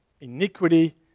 Iniquity